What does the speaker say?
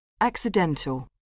Accidental